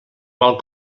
qual